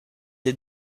des